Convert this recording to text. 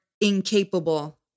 incapable